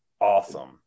awesome